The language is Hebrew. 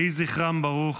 יהי זכרם ברוך.